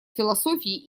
философии